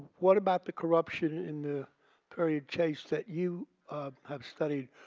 what about the corruption in the period, chase, that you have studied,